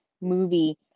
movie